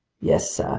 yes, sir.